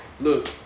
look